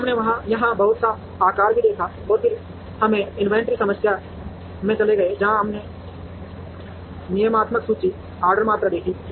फिर हमने यहां बहुत सा आकार भी देखा और फिर हम इन्वेंट्री समस्याओं में चले गए जहां हमने नियतात्मक सूची ऑर्डर मात्रा देखी